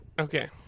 Okay